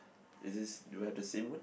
is this do you have the same one